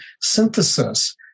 synthesis